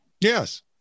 Yes